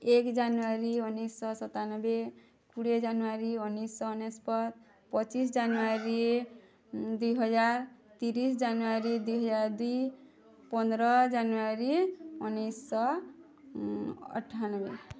ଏକ ଜାନୁୟାରୀ ଉଣେଇଶ ସତାନବେ କୋଡ଼ିଏ ଜାନୁୟାରୀ ଉଣେଇଶ ଅନେଶ୍ଵତ ପଚିଶ ଜାନୁୟାରୀ ଦୁଇ ହଜାର ତିରିଶ ଜାନୁୟାରୀ ଦୁଇ ହଜାର ଦୁଇ ପନ୍ଦର ଜାନୁଆରୀ ଉଣେଇଶ ଅଠାନବେ